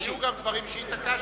היו גם דברים שהתעקשת.